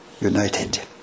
united